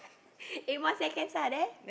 eight more seconds lah there